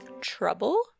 Trouble